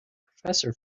professor